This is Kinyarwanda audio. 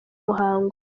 muhango